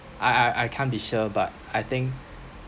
I I can't be sure but I think